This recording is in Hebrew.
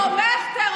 תומך טרור,